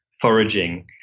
foraging